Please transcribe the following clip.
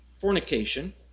Fornication